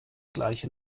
gleiche